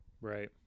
Right